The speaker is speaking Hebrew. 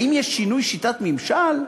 האם יש שינוי שיטת ממשל?